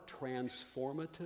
transformative